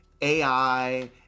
AI